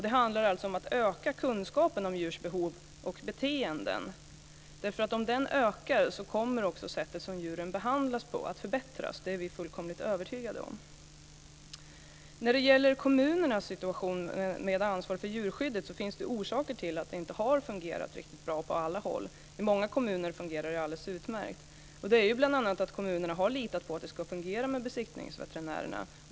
Det handlar alltså om att öka kunskapen om djurs behov och beteenden. Om denna ökar kommer också sättet som djuren behandlas på att förbättras; det är vi fullkomligt övertygade om. När det gäller kommunernas situation med ansvar för djurskyddet finns det orsaker till att det inte har fungerat riktigt bra på alla håll - i många kommuner fungerar det alldeles utmärkt. Bl.a. har kommunerna litat på att det ska fungera med besiktningsveterinärerna.